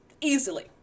easily